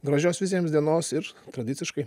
gražios visiems dienos ir tradiciškai